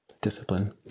Discipline